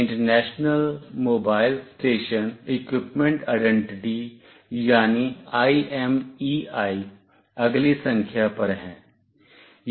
international mobile station equipment identity यानी IMEI अगली संख्या पर है